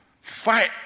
fight